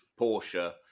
Porsche